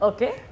Okay